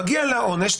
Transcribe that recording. מגיע לה עונש,